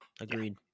agreed